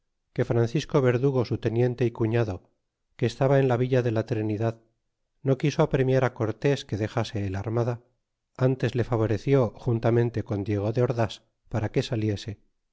que francisco verdugo su teniente é cuñado que estaba en la villa de la trinidad no quiso apremiar cortés que dexase armada ntes le favoreció juntamente con diego de ords para que saliese